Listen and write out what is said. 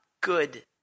good